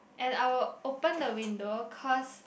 and I'll open the window cause